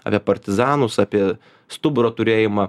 apie partizanus apie stuburo turėjimą